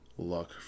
luck